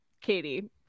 Katie